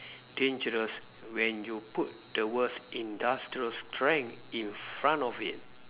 dangerous when you put the words industrial strength in front of it